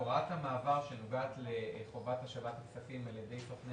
הוראת המעבר שנוגעת לחובת השבת הכספים על ידי סוכני